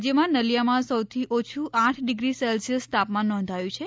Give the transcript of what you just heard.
રાજ્યમાં નલીયામાં સૌથી ઓછુ આઠ ડિગ્રી સેલ્સીયસ તાપમાન નોંધાયું છે